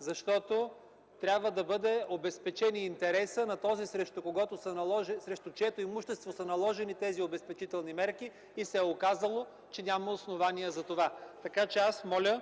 незабавно. Трябва да бъде обезпечен интересът и на този, срещу чието имущество са наложени тези обезпечителни мерки и се е оказало, че няма основание за това. Така че аз моля